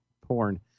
porn